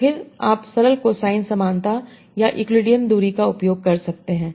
तो फिर आप सरल कोसाइन समानता या यूक्लिडियन दूरी का उपयोग कर सकते हैं